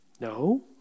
No